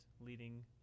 leading